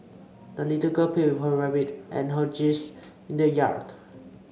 the little girl played with her rabbit and her geese in the yard